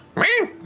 matt